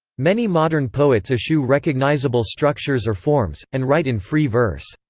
many modern poets eschew recognisable structures or forms, and write in free verse.